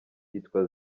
yitwa